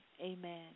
amen